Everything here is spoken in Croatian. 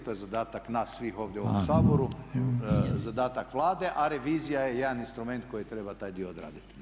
To je zadatak nas svih ovdje u ovom Saboru, zadatak Vlade, a revizija je jedan instrument koji treba taj dio odraditi.